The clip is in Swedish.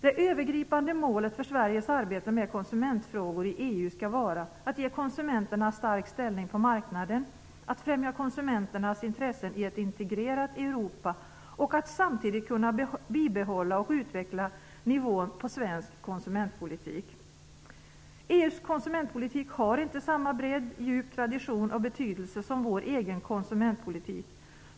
Det övergripande målet för Sveriges arbete med konsumentfrågor i EU skall vara att ge konsumenterna stark ställning på marknaden, att främja konsumenternas intressen i ett integrerat Europa och att samtidigt kunna bibehålla och utveckla nivån på svensk konsumentpolitik. EU:s konsumentpolitik har inte samma bredd, djup, tradition och betydelse som vår egen konsumentpolitik.